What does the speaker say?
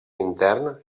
intern